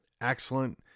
excellent